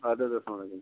اَدٕ حظ اسلام علیکُم